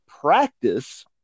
practice